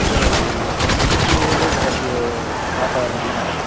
ते आहे की म्हणजे वेगळेचं राहाते वातावरण तिथं